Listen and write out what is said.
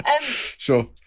Sure